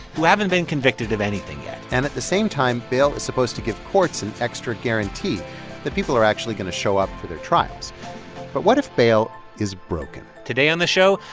who haven't been convicted of anything yet and at the same time, bail is supposed to give courts an extra guarantee that people are actually going to show up for their trials but what if bail is broken? today on the show,